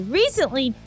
recently